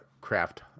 craft